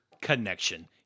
connection